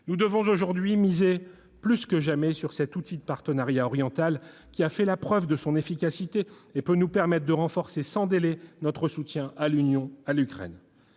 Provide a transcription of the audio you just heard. nous devons miser sur cet outil- le partenariat oriental -, qui a fait la preuve de son efficacité et peut nous permettre de renforcer sans délai le soutien de l'Union à l'Ukraine.